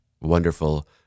wonderful